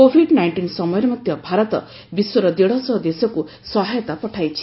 Covid nineteen ସମୟରେ ମଧ୍ୟ ଭାରତ ବିଶ୍ୱର ଦେଢ଼ଶହ ଦେଶକୁ ସହାୟତା ପଠାଇଛି